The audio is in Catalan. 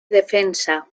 defensa